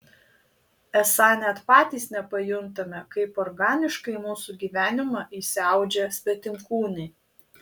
esą net patys nepajuntame kaip organiškai į mūsų gyvenimą įsiaudžia svetimkūniai